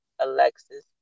Alexis